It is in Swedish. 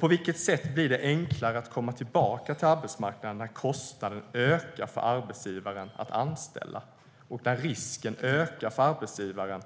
På vilket sätt blir det enklare att komma tillbaka till arbetsmarknaden när kostnaden ökar för arbetsgivaren att anställa och när risken för arbetsgivaren